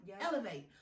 elevate